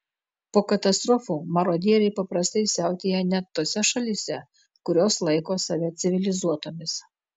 po katastrofų marodieriai paprastai siautėja net tose šalyse kurios laiko save civilizuotomis